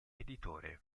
editore